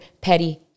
petty